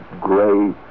gray